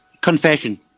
Confession